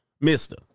Mister